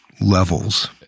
levels